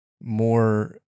more